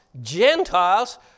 Gentiles